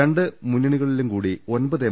രണ്ട് മുന്നണികളിലും കൂടി ഒമ്പത് എം